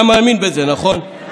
אתה מאמין בזה, נכון?